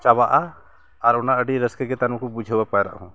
ᱪᱟᱵᱟᱜᱼᱟ ᱟᱨ ᱚᱱᱟ ᱟᱹᱰᱤ ᱨᱟᱹᱥᱠᱟᱹᱜᱮ ᱛᱟᱭᱱᱚᱢ ᱵᱩᱡᱷᱟᱹᱣᱟ ᱯᱟᱭᱨᱟᱜ ᱦᱚᱸ